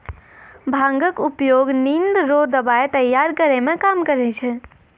भांगक उपयोग निंद रो दबाइ तैयार करै मे काम करै छै